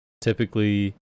Typically